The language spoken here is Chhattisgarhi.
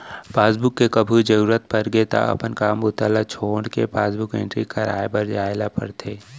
पासबुक के कभू जरूरत परगे त अपन काम बूता ल छोड़के पासबुक एंटरी कराए बर जाए ल परथे